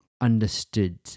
understood